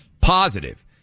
positive